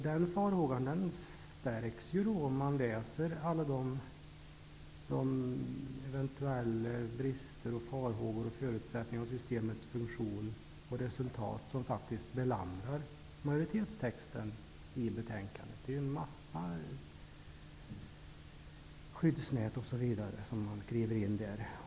Den farhågan förstärks när man läser om alla resultat och eventuella brister i förutsättningarna för systemets funktion, som belamrar majoritetstexten i betänkandet. Det finns en mängd skyddsnät och sådant inskrivet.